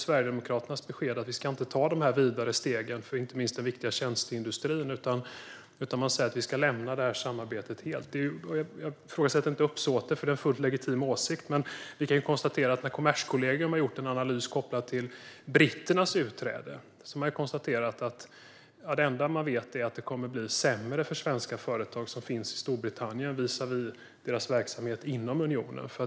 Sverigedemokraternas besked är att vi inte ska ta dessa steg vidare för inte minst den viktiga tjänsteindustrin utan lämna samarbetet helt. Jag ifrågasätter inte uppsåtet, för det är en fullt legitim åsikt. Men Kommerskollegium har gjort en analys kopplad till britternas utträde där man konstaterar att det enda vi vet är att det kommer att bli sämre för svenska företag som finns i Storbritannien visavi deras verksamhet inom unionen.